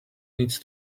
needs